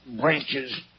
branches